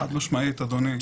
חד-משמעית, אדוני.